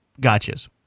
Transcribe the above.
gotchas